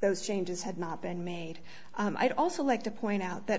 those changes have not been made i'd also like to point out that